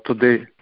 today